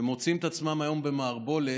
ומוצאים את עצמם היום במערבולת